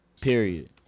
Period